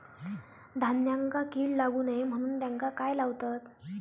धान्यांका कीड लागू नये म्हणून त्याका काय लावतत?